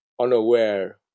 unaware